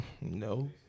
No